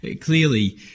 clearly